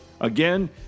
Again